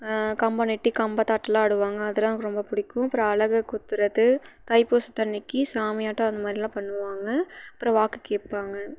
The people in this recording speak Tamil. கம்பம் நட்டு கம்பத்தாட்டலாம் ஆடுவாங்க அதெலாம் எனக்கு ரொம்ப பிடிக்கும் அப்புறோம் அலகு குத்துறது தை பூசத்தன்னைக்கு சாமி ஆட்டம் அந்த மாதிரிலாம் பண்ணுவாங்க அப்புறோம் வாக்கு கேட்பாங்க